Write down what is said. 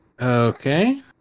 Okay